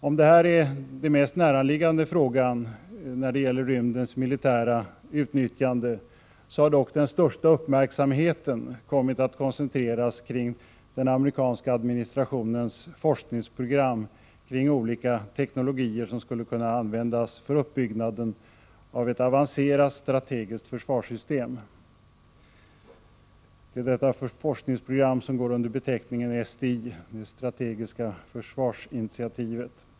Om detta är den mest näraliggande frågan när det gäller rymdens militära utnyttjande har dock den största uppmärksamheten kommit att ägnas den amerikanska administrationens forskningsprogram kring olika teknologier som skulle kunna användas för uppbyggnaden av ett avancerat strategiskt försvarssystem. Detta forskningsprogram går under beteckningen SDI, det strategiska försvarsinitiativet.